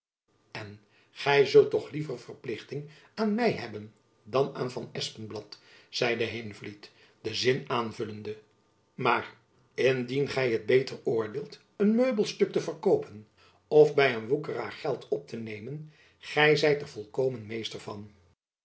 en gy zult toch liever verplichting aan my hebben dan aan van espenblad zeide heenvliet den zin aanvullende maar indien gy het beter oordeelt een meubelstuk te verkoopen of by een woekeraar geld op te nemen gy zijt er volkomen meester van